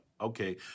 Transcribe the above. Okay